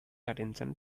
attention